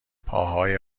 پاهای